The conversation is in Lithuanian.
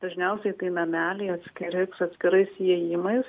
dažniausiai tai nameliai atskiri su atskirais įėjimais